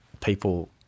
people